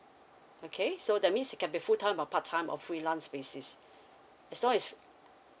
okay so that means it can be full time or part time of freelance basis as long it's